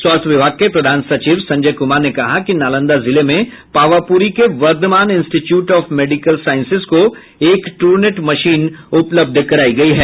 स्वास्थ्य विभाग के प्रधान सचिव संजय कुमार ने कहा कि नालंदा जिले में पावापूरी के Vardhman institute of medical sciences को एक ट्रूनेट मशीन उपलब्ध कराई गई है